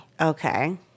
Okay